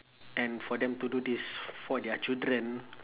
and for them to do this f~ for their children